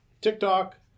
TikTok